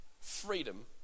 freedom